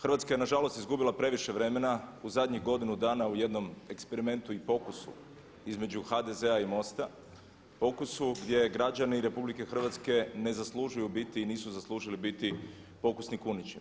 Hrvatska je nažalost izgubila previše vremena u zadnjih godinu dana u jednom eksperimentu i pokusu između HDZ-a i MOST-a, pokusu gdje građani RH ne zaslužuju biti i nisu zaslužili biti pokusni kunići.